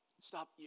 Stop